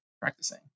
practicing